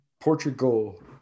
Portugal